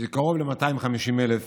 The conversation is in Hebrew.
קרוב ל-250,000 מצביעים,